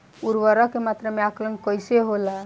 उर्वरक के मात्रा में आकलन कईसे होला?